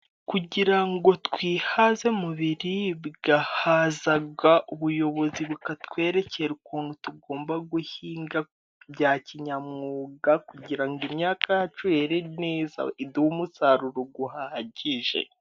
Kugira ngo twihaze mu biribwa haza ubuyobozi butwerekera ukuntu tugomba guhinga bya kinyamwuga, kugira ngo imyaka yacu yere neza iduhe umusaruro uhagije.